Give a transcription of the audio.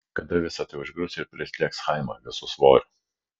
kada visa tai užgrius ir prislėgs chaimą visu svoriu